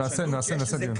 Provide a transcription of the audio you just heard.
נעשה, נעשה, נעשה דיון כזה.